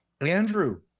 Andrew